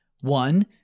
One